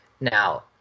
Now